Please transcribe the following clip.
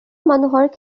মানুহৰ